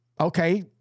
okay